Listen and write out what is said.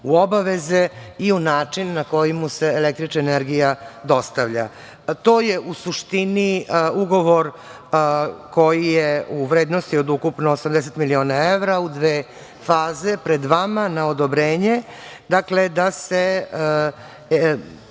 u obaveze i način na koji mu se električna energija dostavlja. To je u suštini ugovor koji je u vrednosti od ukupno 80 miliona evra, u dve faze, pred vama na odobrenje. Dakle, da se